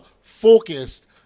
focused